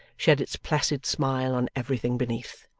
shed its placid smile on everything beneath.